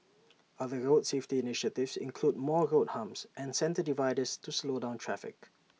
other road safety initiatives include more road humps and centre dividers to slow down traffic